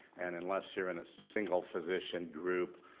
and unless you're in a single-physician group,